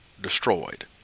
destroyed